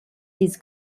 his